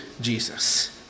Jesus